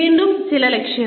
വീണ്ടും ചില ലക്ഷ്യങ്ങൾ